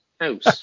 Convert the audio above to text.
house